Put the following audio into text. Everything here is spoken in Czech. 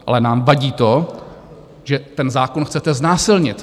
Ale nám vadí to, že ten zákon chcete znásilnit.